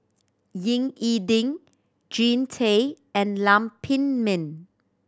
Ying E Ding Jean Tay and Lam Pin Min